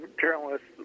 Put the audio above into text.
journalists